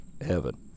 heaven